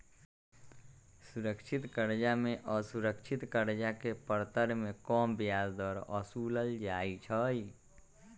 सुरक्षित करजा में असुरक्षित करजा के परतर में कम ब्याज दर असुलल जाइ छइ